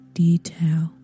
detail